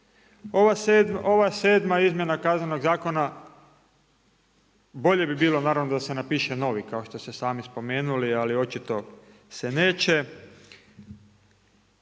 Ova 7. izmjena Kaznenog zakona bolje bi bilo naravno da se napiše novi, kao što ste i sami spomenuli, ali očito se neće.